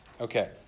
Okay